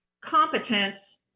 competence